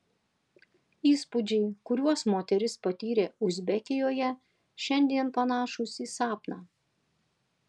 įspūdžiai kuriuos moteris patyrė uzbekijoje šiandien panašūs į sapną